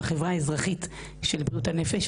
בחברה האזרחית של בריאות הנפש.